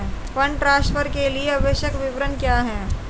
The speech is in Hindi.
फंड ट्रांसफर के लिए आवश्यक विवरण क्या हैं?